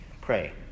Pray